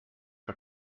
for